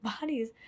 bodies